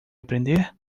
aprender